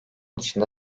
dışında